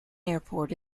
airport